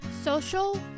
Social